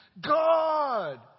God